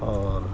اور